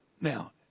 Now